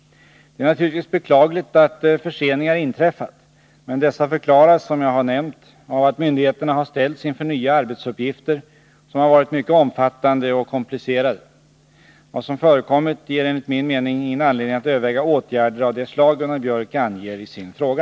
Det är naturligtvis beklagligt att förseningar inträffat men dessa förklaras, som jag har nämnt, av att myndigheterna har ställts inför nya arbetsuppgifter som har varit mycket omfattande och komplicerade. Vad som förekommit ger, enligt min mening, ingen anledning att överväga åtgärder av det slag Gunnar Biörck anger i sin fråga.